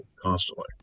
constantly